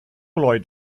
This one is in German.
lloyd